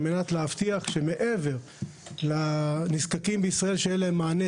על מנת להבטיח שמעבר לכך שלנזקקים בישראל יהיה מענה